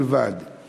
בלבד הם ערבים,